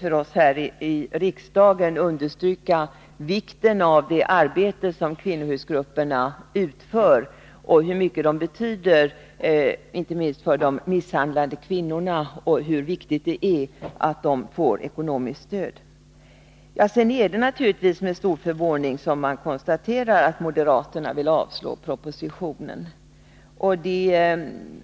för oss här i riksdagen att understryka vikten av det arbete som kvinnohusgrupperna utför, hur mycket de betyder, inte minst för de misshandlade kvinnorna, och hur viktigt det är att de får ekonomiskt stöd. Det är naturligtvis med stor förvåning som jag konstaterar att moderaterna vill avslå propositionen.